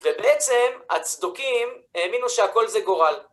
ובעצם הצדוקים האמינו שהכל זה גורל.